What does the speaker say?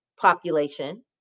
population